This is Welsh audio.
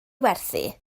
werthu